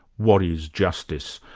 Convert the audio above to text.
what is justice?